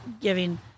giving